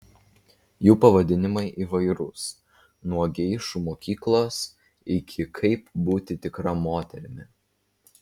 jų pavadinimai įvairūs nuo geišų mokyklos iki kaip būti tikra moterimi